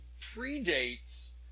predates